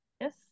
yes